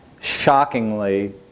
shockingly